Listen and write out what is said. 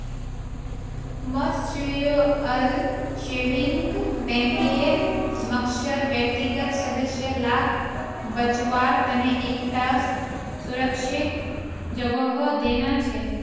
mutual savings बैंकेर मकसद व्यक्तिगत सदस्य लाक बच्वार तने एक टा सुरक्ष्हित जोगोह देना छे